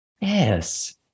Yes